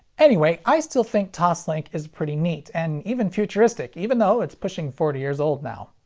anyway, i still think toslink is pretty neat and even futuristic, even though it's pushing forty years old now.